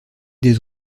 des